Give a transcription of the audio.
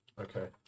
Okay